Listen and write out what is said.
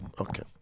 Okay